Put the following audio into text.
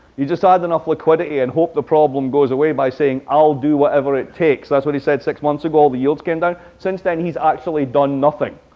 you just add enough liquidity and hope the problem goes away by saying, i'll do whatever it takes. that's what he said six months ago, the yields came down. since then, he's actually done nothing,